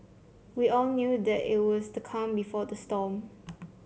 we all knew that it was the calm before the storm